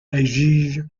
exige